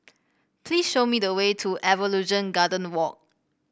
please show me the way to Evolution Garden Walk